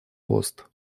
пост